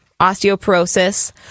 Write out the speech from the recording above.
osteoporosis